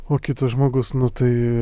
o kitas žmogus nu tai